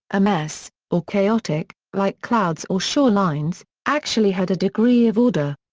a mess or chaotic, like clouds or shorelines, actually had a degree of order.